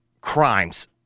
crimes